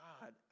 God